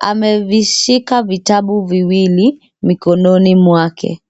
amevishika vitabu viwili mikononi mwake.